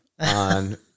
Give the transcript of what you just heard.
on